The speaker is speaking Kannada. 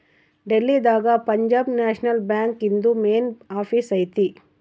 ಡೆಲ್ಲಿ ದಾಗ ಪಂಜಾಬ್ ನ್ಯಾಷನಲ್ ಬ್ಯಾಂಕ್ ಇಂದು ಮೇನ್ ಆಫೀಸ್ ಐತಿ